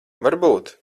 varbūt